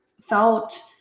felt